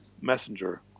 messenger